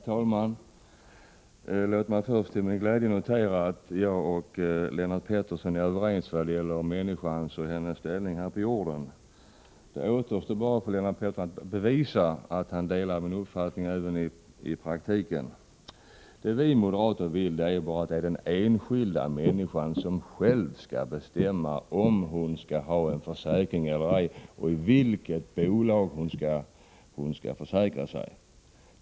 Herr talman! Låt mig först till min glädje notera att Lennart Pettersson och jag är överens vad gäller människans ställning här på jorden. Det återstår bara för Lennart Pettersson att bevisa att han delar min uppfattning även i praktiken. Det vi moderater vill är bara att den enskilda människan själv skall bestämma om hon skall ha en försäkring eller ej och i vilket bolag hon skall försäkra sig.